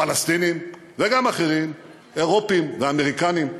פלסטינים וגם אחרים, אירופים ואמריקנים,